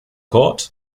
court